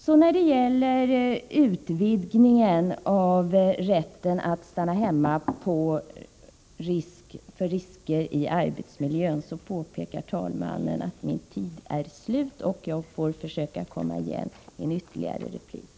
Så till utvidgningen av rätten att stanna hemma på grund av risker i arbetsmiljön: Nu påpekar talmannen att min taletid är slut. Jag får återkomma i en ytterligare replik.